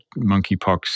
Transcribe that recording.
monkeypox